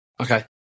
Okay